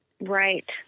Right